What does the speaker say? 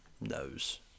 knows